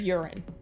Urine